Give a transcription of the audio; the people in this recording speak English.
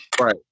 right